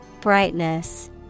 Brightness